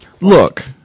Look